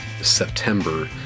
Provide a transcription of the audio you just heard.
September